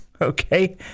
okay